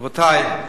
רבותי,